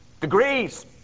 Degrees